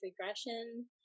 regression